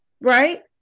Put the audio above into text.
Right